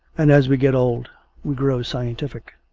and as we get old we grow scientific.